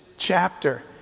Chapter